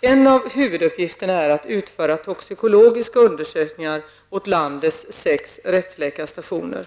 En av huvuduppgifterna är att utföra toxikologiska undersökningar åt landets sex rättsläkarstationer.